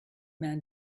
man